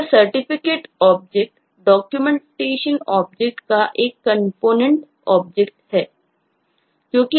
अतः Certificate object Documentation object का एक कंपोनेंट ऑब्जेक्ट है